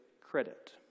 credit